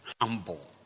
Humble